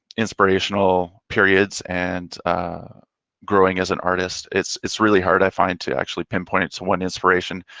inspirational periods and growing as an artist, it's it's really hard i find to actually pinpoint it to one inspiration.